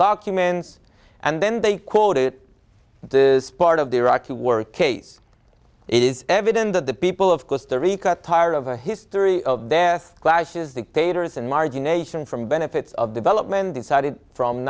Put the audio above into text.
documents and then they quote it is part of the iraqi work case it is evident that the people of costa rica tired of a history of death clashes dictators in marja nation from benefits of development decided from